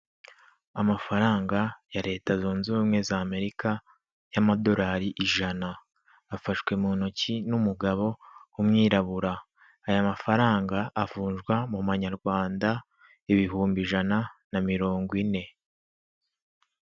Amafaranga ya Leta Zunze ubumwe z'Amerika y'amadolari ijana, afashwe mu ntoki n'umugabo w'umwirabura, aya mafaranga avunjwa mu manyarwanda ibihumbi ijana na mirongo ine.